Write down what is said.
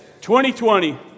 2020